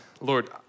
Lord